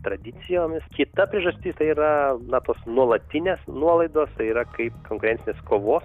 tradicijomis kita priežastis tai yra na tos nuolatinės nuolaidos tai yra kaip konkurencinės kovos